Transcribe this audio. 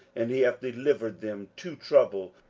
and he hath delivered them to trouble,